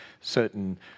certain